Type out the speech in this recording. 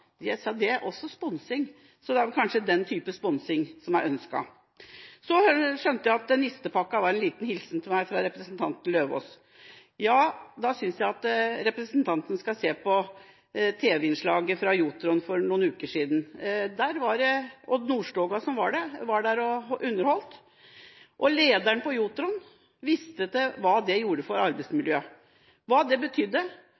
også sponsing – det er kanskje den type sponsing som er ønsket? Så skjønte jeg at nistepakka var en liten hilsen til meg fra representanten Løvaas. Jeg synes at representanten skal se på tv-innslaget fra Jotron for noen uker siden. Der var Odd Nordstoga og underholdt. Lederen på Jotron viste til hva det gjorde for arbeidsmiljøet, hva det